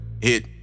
hit